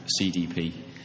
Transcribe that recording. CDP